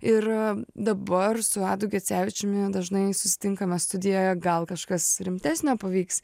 ir dabar su adu gecevičiumi dažnai susitinkame studijoje gal kažkas rimtesnio pavyks